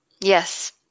Yes